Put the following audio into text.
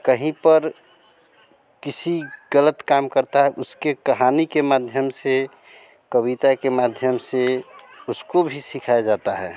कहीं पर किसी ग़लत काम करता है उसके कहानी के माध्यम से कविता के माध्यम से उसको भी सिखाया जाता है